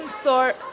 store